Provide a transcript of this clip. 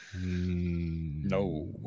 No